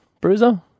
Bruiser